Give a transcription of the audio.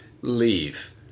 leave